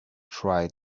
try